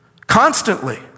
constantly